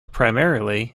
primarily